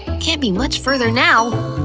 can't be much further now.